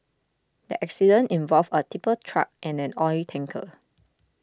the accident involved a tipper truck and an oil tanker